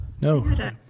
No